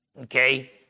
okay